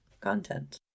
content